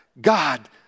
God